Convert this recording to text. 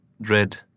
dread